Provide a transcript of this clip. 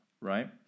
right